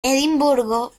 edimburgo